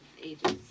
ages